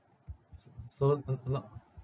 s~ so n~ not